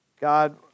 God